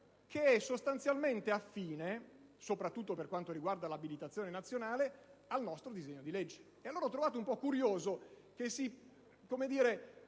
che è sostanzialmente affine, soprattutto per quanto riguarda l'abilitazione nazionale, al nostro disegno di legge. Ho trovato un po' curioso che si facessero